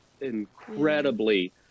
incredibly